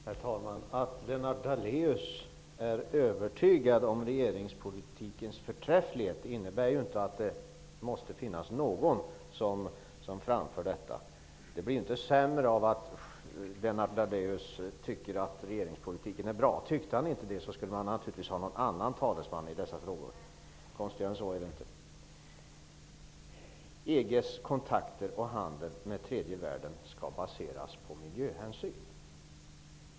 Herr talman! Att Lennart Daléus verkligen är övertygad om regeringspolitikens förträfflighet hindrar inte att regeringen faktiskt måste ha någon som framför detta. Det blir ju inte sämre av att Lennart Daléus tycker att regeringspolitiken är bra. Om han inte gjorde det, skulle man naturligtvis ha någon annan talesman i dessa frågor. Konstigare än så är det inte. EG:s kontakter och handel med tredje världen skall baseras på hänsyn till miljön.